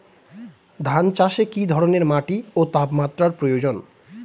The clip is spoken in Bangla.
ধান চাষে কী ধরনের মাটি ও তাপমাত্রার প্রয়োজন?